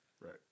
right